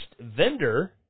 vendor